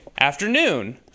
afternoon